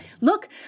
Look